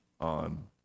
on